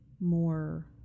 more